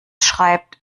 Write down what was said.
schreibt